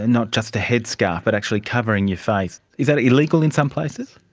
not just a headscarf but actually covering your face? is that illegal in some places?